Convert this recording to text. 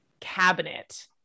cabinet